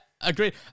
agreed